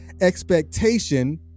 expectation